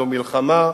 זו מלחמה,